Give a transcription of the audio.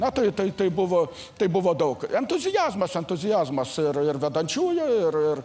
na tai tai buvo tai buvo daug entuziazmas entuziazmas ir ir vedančiųjų ir ir